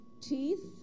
teeth